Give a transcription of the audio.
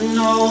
no